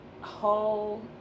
whole